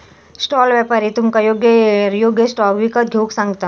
stall व्यापारी तुमका योग्य येळेर योग्य स्टॉक विकत घेऊक सांगता